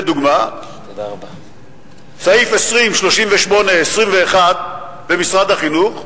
לדוגמה, סעיף 20(38)(21) במשרד החינוך,